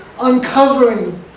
uncovering